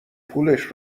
پولش